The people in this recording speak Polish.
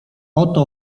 oto